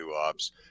OPS